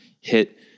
hit